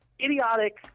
idiotic